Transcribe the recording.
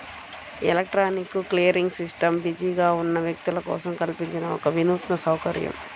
electronic clearing system బిజీగా ఉన్న వ్యక్తుల కోసం కల్పించిన ఒక వినూత్న సౌకర్యం